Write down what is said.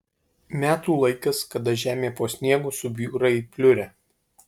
metų laikas kada žemė po sniegu subjūra į pliurę